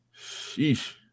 sheesh